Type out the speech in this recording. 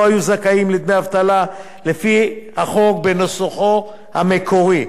היו זכאים לדמי אבטלה לפי החוק בנוסחו המקורי,